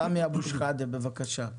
סמי אבו שחאדה, בבקשה.